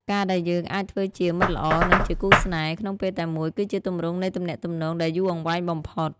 ការដែលយើងអាចធ្វើជា «មិត្តល្អ» និងជា «គូស្នេហ៍» ក្នុងពេលតែមួយ គឺជាទម្រង់នៃទំនាក់ទំនងដែលយូរអង្វែងបំផុត។